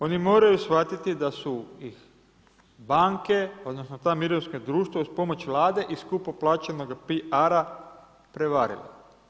Oni moraju shvatiti da su ih banke odnosno ta mirovinska društva uz pomoć Vlade i skupo plaćenoga PR-a prevarile.